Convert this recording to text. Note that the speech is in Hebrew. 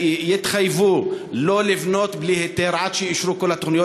יתחייבו לא לבנות בלי היתר עד שיאושרו כל התוכניות.